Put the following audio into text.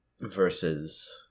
versus